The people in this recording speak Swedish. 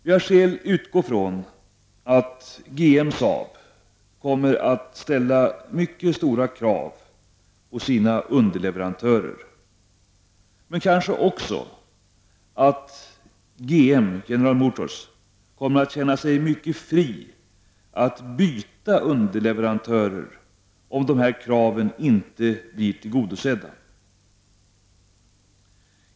Vi har skäl utgå från att GM-Saab kommer att ställa mycket höga krav på sina underleverantörer, men kanske också att GM, General Motors, kommer att känna sig fri att byta underleverantörer, om dessa krav inte blir tillgodosedda.